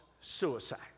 suicide